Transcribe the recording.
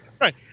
right